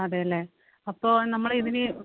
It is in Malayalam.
അത് അല്ലേ അപ്പോൾ നമ്മുടെ ഇതിന്